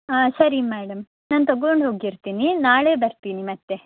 ಹಾಂ ಸರಿ ಮೇಡಮ್ ನಾನು ತಗೊಂಡು ಹೋಗಿರ್ತೀನಿ ನಾಳೆ ಬರ್ತೀನಿ ಮತ್ತೆ